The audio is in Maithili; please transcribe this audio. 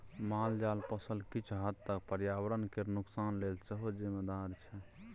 मालजाल पोसब किछ हद तक पर्यावरण केर नोकसान लेल सेहो जिम्मेदार छै